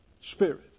Spirit